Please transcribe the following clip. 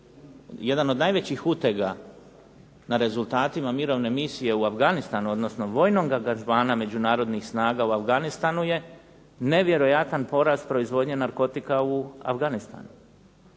jedan od najvećih utega na rezultatima mirovne misije u Afganistanu, odnosno vojnog angažmana međunarodnih snaga u Afganistanu je nevjerojatan porast proizvodnje narkotika u Afganistanu.